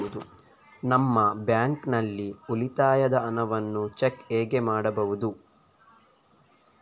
ನಮ್ಮ ಬ್ಯಾಂಕ್ ನಲ್ಲಿ ಉಳಿತಾಯದ ಹಣವನ್ನು ಚೆಕ್ ಹೇಗೆ ಮಾಡುವುದು?